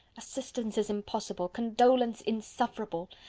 assistance is impossible condolence insufferable.